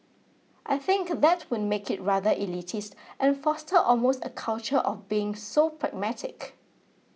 I think that would make it rather elitist and foster almost a culture of being so pragmatic